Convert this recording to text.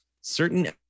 certain